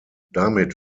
damit